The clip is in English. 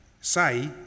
say